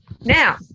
now